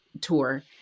tour